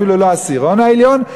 ואפילו לא העשירון העליון,